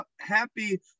happy